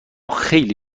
خیلی